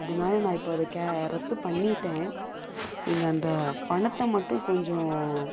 அதனால் நான் இப்போ அதை கே ரத்து பண்ணிட்டேன் நீங்கள் அந்த பணத்தை மட்டும் கொஞ்சம்